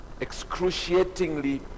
excruciatingly